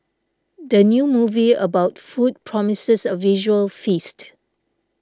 the new movie about food promises a visual feast